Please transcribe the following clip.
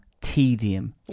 tedium